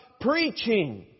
preaching